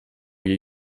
jej